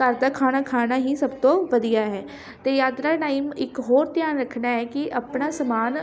ਘਰ ਦਾ ਖਾਣਾ ਖਾਣਾ ਹੀ ਸਭ ਤੋਂ ਵਧੀਆ ਹੈ ਅਤੇ ਯਾਤਰਾ ਟਾਈਮ ਇੱਕ ਹੋਰ ਧਿਆਨ ਰੱਖਣਾ ਹੈ ਕਿ ਆਪਣਾ ਸਮਾਨ